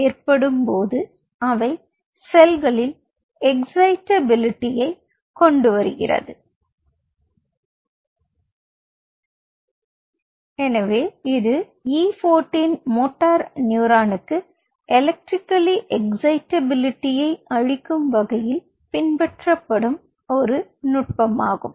ஏற்படும்போது அவை செல்களில் எக்ஸ்சைட்டபிலிட்டியை கொண்டு வருகிறது எனவே இது E 14 மோட்டார் நியூரானுக்கு எலெக்ட்ரிக்கல்லி எக்ஸ்சைட்டபிலிட்டியை அளிக்கும் வகையில் பின்பற்றப்படும் ஒரு நுட்பமாகும்